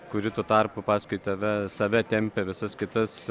kuri tuo tarpu paskui tave save tempia visas kitas